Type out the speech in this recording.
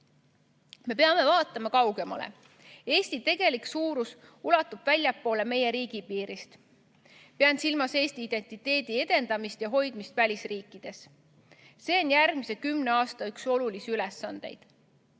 peame vaatama kaugemale. Eesti tegelik suurus ulatub väljapoole meie riigipiire. Pean silmas eesti identiteedi edendamist ja hoidmist välisriikides. See on järgmise kümne aasta üks olulisi ülesandeid.